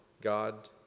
God